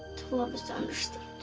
to love is to understand.